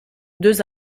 deux